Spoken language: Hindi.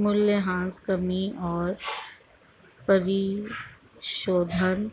मूल्यह्रास कमी और परिशोधन